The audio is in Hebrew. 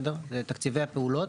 לתקציבי הפעולות,